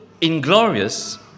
Inglorious